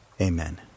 amen